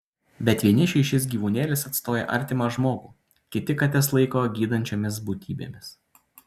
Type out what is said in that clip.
bet vienišiui šis gyvūnėlis atstoja artimą žmogų kiti kates laiko gydančiomis būtybėmis